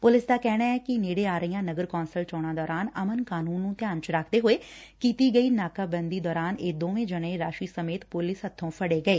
police ਦਾ ਕਹਿਣਾ ਏ ਕਿ ਨੇੜੇ ਆ ਰਹੀਆ ਨਗਰ ਕੌਂਸਲ ਚੋਣਾਂ ਦੌਰਾਨ ਅਮਨ ਕਾਨੁੰਨ ਨੁੰ ਧਿਆਨ ਵਿੱਚ ਰੱਖਦੇ ਹੋਏ ਕੀਤੀ ਗਈ ਨਾਕੇ ਬੰਦੀ ਦੌਰਾਨ ਇਹ ਦੋਵੇਂ ਜਣੇ ਰਾਸੀ ਸਮੇਤ ਪੁਲੀਸ ਹੱਥੋਂ ਫੜੇ ਗਏ